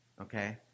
okay